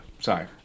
sorry